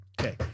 okay